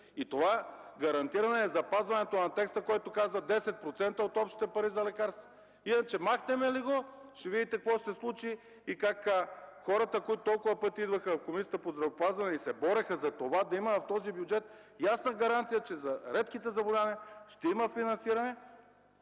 Това гарантира не запазването на текста, който казва: 10% от общите пари за лекарства. Иначе, махнем ли го, ще видите какво ще се случи и как хората, които толкова пъти идваха в Комисията по здравеопазването и се бориха за това да има в този бюджет ясна гаранция, че за редките заболявания ще има финансиране,